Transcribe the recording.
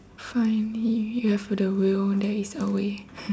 find if you have the will there is a way